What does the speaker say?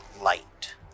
light